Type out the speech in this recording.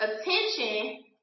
attention